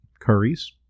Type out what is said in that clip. curries